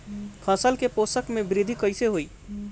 फसल के पोषक में वृद्धि कइसे होई?